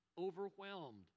overwhelmed